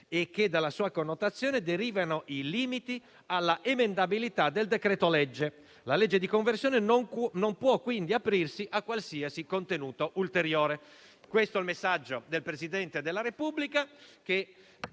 e che dalla sua connotazione derivano i limiti alla emendabilità del decreto-legge; la legge di conversione non può quindi aprirsi a qualsiasi contenuto ulteriore. Questo il messaggio del Presidente della Repubblica